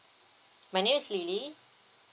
my name is lily